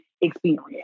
experience